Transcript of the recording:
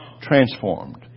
transformed